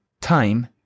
Time